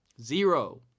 Zero